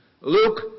Luke